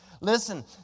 Listen